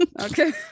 Okay